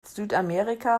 südamerika